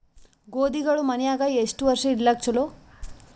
ಗೋಧಿಗಳು ಮನ್ಯಾಗ ಎಷ್ಟು ವರ್ಷ ಇಡಲಾಕ ಚಲೋ?